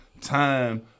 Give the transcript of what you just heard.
time